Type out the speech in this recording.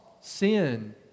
sin